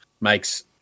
makes